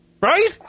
Right